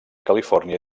califòrnia